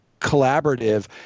collaborative